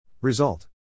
result